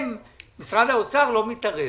משרד האוצר לא מתערב,